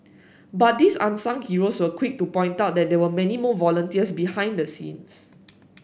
but these unsung heroes were quick to point out that there were many more volunteers behind the scenes